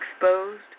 exposed